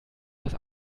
das